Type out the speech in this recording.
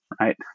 Right